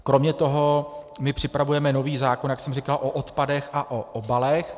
Kromě toho připravujeme nový zákon, jak jsem říkal, o odpadech a o obalech.